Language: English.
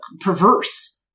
perverse